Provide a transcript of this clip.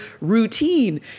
routine